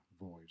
voice